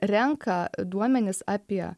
renka duomenis apie